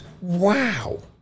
wow